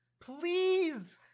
please